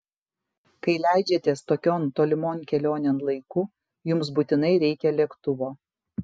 kai leidžiatės tokion tolimon kelionėn laiku jums būtinai reikia lėktuvo